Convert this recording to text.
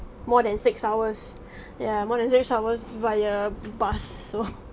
more than six hours ya more than six hours via bus so